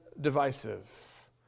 divisive